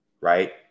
right